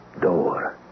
door